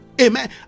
Amen